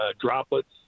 droplets